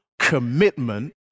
commitment